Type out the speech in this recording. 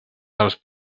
dels